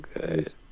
good